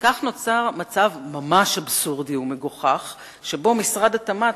וכך נוצר מצב ממש אבסורדי ומגוחך שבו משרד התמ"ת